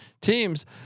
teams